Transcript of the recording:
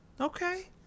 Okay